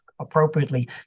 appropriately